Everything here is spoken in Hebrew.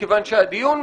מכיוון שהדיון,